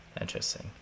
Interesting